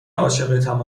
عاشقتم